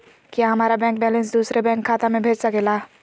क्या हमारा bank balance दूसरे बैंक खाता में भेज सके ला?